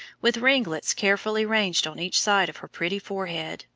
with ringlets carefully ranged on each side of her pretty forehead,